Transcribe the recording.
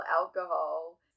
alcohol